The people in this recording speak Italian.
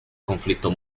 conflitto